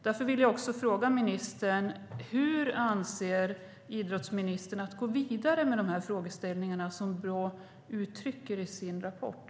Därför vill jag också fråga: Hur avser idrottsministern att gå vidare med de frågeställningar som Brå uttrycker i sin rapport?